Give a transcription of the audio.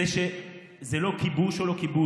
זה שזה לא כיבוש או לא כיבוש,